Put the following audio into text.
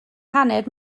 hanner